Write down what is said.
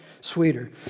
sweeter